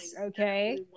okay